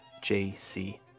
jc